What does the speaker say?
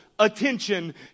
attention